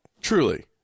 Truly